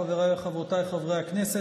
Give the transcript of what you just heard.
חבריי וחברותיי חברי הכנסת,